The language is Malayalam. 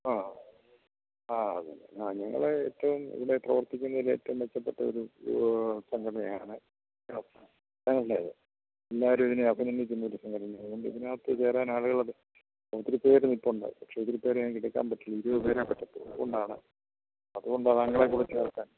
ആ ആ അതു തന്നെ ആ ഞങ്ങൾ ഏറ്റവും ഇതിൽ പ്രവർത്തിക്കുന്നതിലേറ്റവും മെച്ചപ്പെട്ടയൊരു സംഘടനയാണ് ആ ഞങ്ങളുടേത് എല്ലാവരുമിതിനെ അഭിനന്ദിക്കുന്നൊരു സംഘടനയായതു കൊണ്ട് ഇതിനകത്ത് ചേരാനാളുകളൊക്കെ ഒത്തിരിപ്പേർ നിൽപ്പുണ്ട് പക്ഷേ ഒത്തിരിപ്പേരെയെടുക്കാൻ പറ്റില്ല ഇരുപത് പേരേ പറ്റത്തുള്ളു അതു കൊണ്ടാണ് അതു കൊണ്ടാണ് താങ്കളെക്കൂടി ചേർക്കാൻ